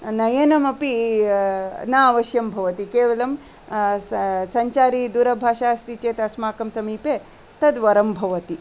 नयनमपि न अवश्यं भवति केवलं स सञ्चारीदूरभाषा अस्ति चेत् अस्माकं समीपे तद्वरं भवति